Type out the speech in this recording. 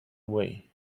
way